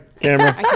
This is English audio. camera